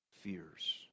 fears